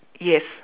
yes